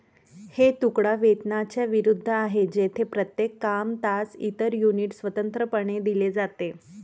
हे तुकडा वेतनाच्या विरुद्ध आहे, जेथे प्रत्येक काम, तास, इतर युनिट स्वतंत्रपणे दिले जाते